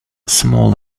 small